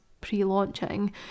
pre-launching